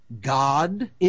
God